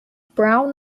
brown